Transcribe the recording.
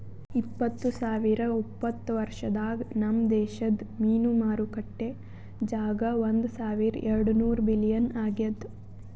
ಇಪ್ಪತ್ತು ಸಾವಿರ ಉಪತ್ತ ವರ್ಷದಾಗ್ ನಮ್ ದೇಶದ್ ಮೀನು ಮಾರುಕಟ್ಟೆ ಜಾಗ ಒಂದ್ ಸಾವಿರ ಎರಡು ನೂರ ಬಿಲಿಯನ್ ಆಗ್ಯದ್